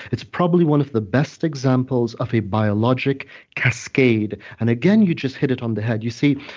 it's probably one of the best examples of a biologic cascade and again, you just hit it on the head. you see,